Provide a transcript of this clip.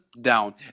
down